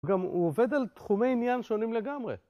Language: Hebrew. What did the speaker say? הוא גם עובד על תחומי עניין שונים לגמרי.